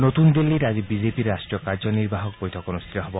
নতুন দিল্লীত আজি বিজেপিৰ ৰাষ্ট্ৰীয় কাৰ্যনিৰ্বাহক বৈঠক অনুষ্ঠিত হ'ব